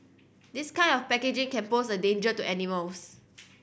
this kind of packaging can pose a danger to animals